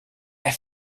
der